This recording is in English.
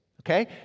okay